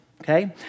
Okay